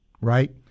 right